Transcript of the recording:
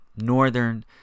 northern